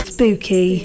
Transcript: Spooky